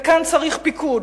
וכאן צריך פיקוד,